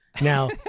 now